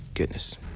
goodness